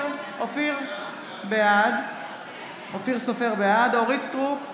בעד אורית מלכה סטרוק,